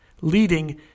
leading